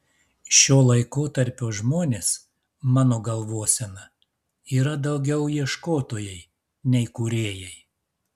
šio laikotarpio žmonės mano galvosena yra daugiau ieškotojai nei kūrėjai